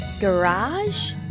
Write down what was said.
garage